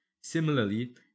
Similarly